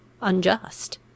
unjust